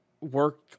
work